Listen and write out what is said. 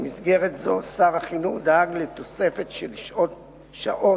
במסגרת זו שר החינוך דאג לתוספת של שעות